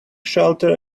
shelter